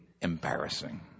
embarrassing